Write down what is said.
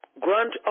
grant